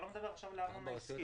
אני לא מדבר עכשיו על ארנונה עסקית,